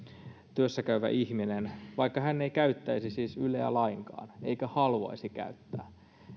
työssäkäyvä ihminen vaikka hän ei käyttäisi yleä lainkaan eikä haluaisi käyttää